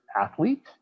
Athlete